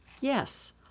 Yes